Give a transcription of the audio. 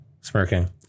smirking